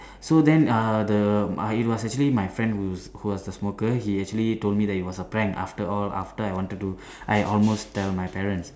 so then uh the it was actually my friend who who was a smoker he actually told me it was a prank after all after I wanted to I almost tell my parents